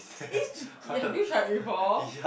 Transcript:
it's have you tried before